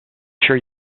sure